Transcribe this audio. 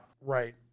Right